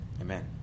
amen